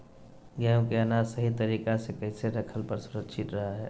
गेहूं के अनाज सही तरीका से कैसे रखला पर सुरक्षित रहतय?